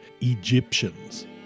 Egyptians